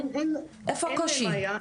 איפה הקושי?